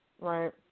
Right